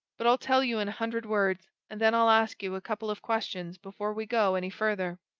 but i'll tell you in a hundred words and then i'll ask you a couple of questions before we go any further.